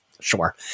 sure